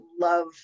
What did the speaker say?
love